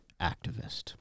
activist